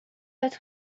het